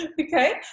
okay